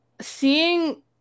Seeing